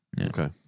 Okay